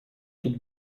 тут